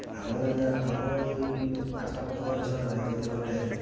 ଆମର ଆମର ଏଇ ଆଖପାଖ ଅଞ୍ଚଳରେ ଯଦି ଗୋଟେ